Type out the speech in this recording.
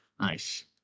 Nice